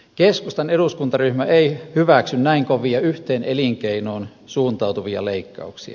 keskustan eduskuntaryhmä ei hyväksy näin kovia yhteen elinkeinoon suuntautuvia leikkauksia